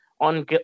on